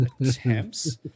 attempts